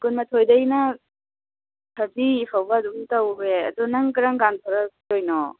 ꯀꯨꯟꯃꯥꯊꯣꯏꯗꯒꯤꯅ ꯊꯥꯔꯇꯤ ꯐꯥꯎꯕ ꯑꯗꯨꯝ ꯇꯧꯑꯦ ꯑꯗꯨ ꯅꯪ ꯀꯔꯝ ꯀꯥꯟꯗ ꯊꯣꯔꯛꯇꯣꯏꯅꯣ